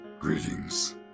Greetings